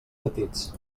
petits